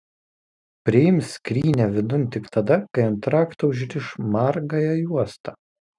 priims skrynią vidun tik tada kai ant rakto užriš margąją juostą